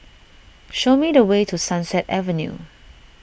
show me the way to Sunset Avenue